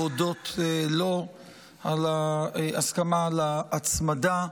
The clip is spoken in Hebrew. להודות לו על ההסכמה להצמדה.